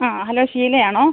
ആ ഹലോ ഷീലയാണോ